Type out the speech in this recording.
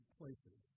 places